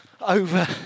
over